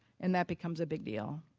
and that becomes a big deal.